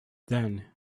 then